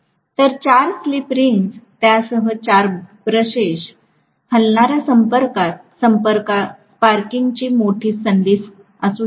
तर 4 slip rings त्यासह 4 brushes हलणार्या संपर्कात स्पार्किंगची मोठी संधी असू शकते